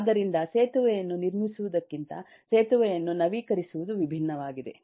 ಆದ್ದರಿಂದ ಸೇತುವೆಯನ್ನು ನಿರ್ಮಿಸುವುದಕ್ಕಿಂತ ಸೇತುವೆಯನ್ನು ನವೀಕರಿಸುವುದು ವಿಭಿನ್ನವಾಗಿದೆ